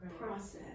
process